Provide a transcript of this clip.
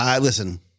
Listen